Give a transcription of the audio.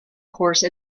course